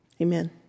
Amen